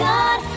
God